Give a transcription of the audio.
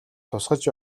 тусгаж